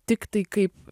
tiktai kaip